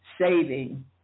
saving